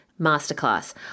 Masterclass